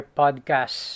podcast